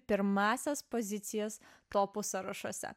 pirmąsias pozicijas topų sąrašuose